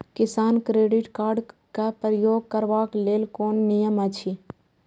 किसान credit card क प्रयोग करबाक लेल कोन नियम अछि?